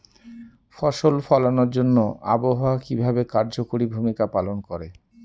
ফসল ফলানোর জন্য আবহাওয়া কিভাবে কার্যকরী ভূমিকা পালন করে?